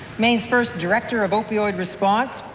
maine's first director of opioid response,